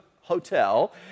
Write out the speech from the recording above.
hotel